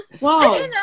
Wow